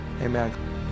amen